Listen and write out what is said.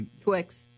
Twix